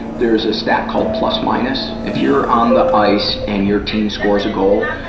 there's a stat called plus-minus. if you're on the ice and your team scores a goal,